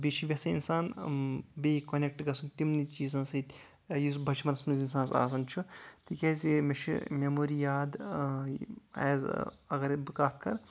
تہٕ بیٚیہِ چھُ ویژھن اِنسان بیٚیہِ کونیٚکٹ گژھُن تِمنٕے چیٖزَن سۭتۍ یُس بَچپَنس منٛز اِنسانَس آسان چھُ تِکیٚازِ مےٚ چھُ میموری یاد ایز اَگرٕے بہٕ کَتھ کَرٕ